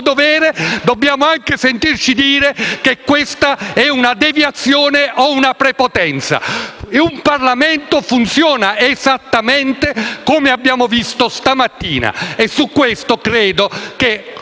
dovere dobbiamo anche sentirci dire che è una deviazione o una prepotenza. Un Parlamento funziona esattamente come abbiamo visto stamattina, e su questo credo che